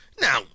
Now